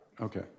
Okay